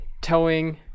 towing